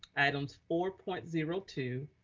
items four point zero two,